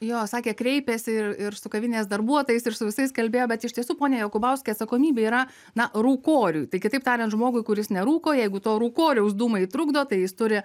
jo sakė kreipėsi ir ir su kavinės darbuotojais ir su visais kalbėjo bet iš tiesų pone jokubauski atsakomybė yra na rūkoriui tai kitaip tariant žmogui kuris nerūko jeigu to rūkoriaus dūmai trukdo tai jis turi